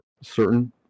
certain